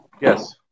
yes